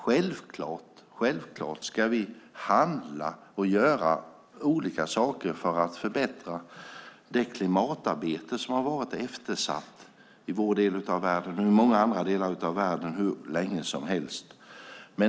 Självklart ska vi handla och göra olika saker för att förbättra det klimatarbete som har varit eftersatt i vår del av världen och i många andra delar av världen hur länge som helst.